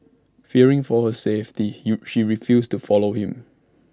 fearing for her safety he she refused to follow him